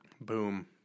boom